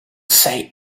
say